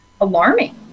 alarming